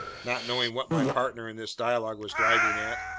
not knowing what my partner in this dialogue was driving at,